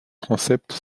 transept